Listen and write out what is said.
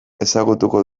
ezagutuko